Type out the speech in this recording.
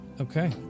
Okay